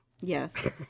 Yes